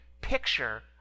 picture